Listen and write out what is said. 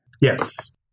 Yes